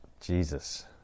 Jesus